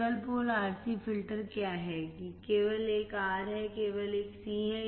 single pole RC filter क्या है केवल एक R है केवल एक C है